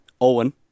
Owen